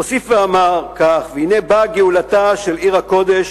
הוסיף ואמר כך: והנה באה גאולתה של עיר הקודש,